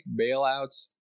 bailouts